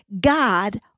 God